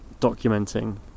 documenting